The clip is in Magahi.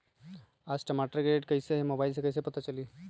आज टमाटर के रेट कईसे हैं मोबाईल से कईसे पता चली?